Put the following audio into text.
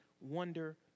wonder